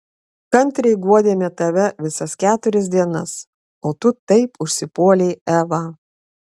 kantriai guodėme tave visas keturias dienas o tu taip užsipuolei evą